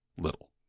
little